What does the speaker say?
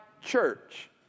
church